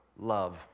love